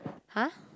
!huh!